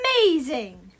amazing